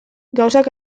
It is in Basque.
gauzak